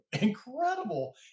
incredible